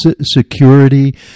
security